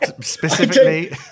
Specifically